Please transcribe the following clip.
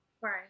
Right